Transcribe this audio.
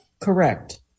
Correct